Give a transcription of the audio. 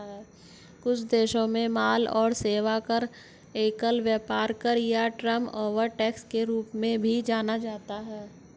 कुछ देशों में माल और सेवा कर, एकल व्यापार कर या टर्नओवर टैक्स के रूप में भी जाना जाता है